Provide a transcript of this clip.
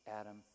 adam